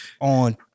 on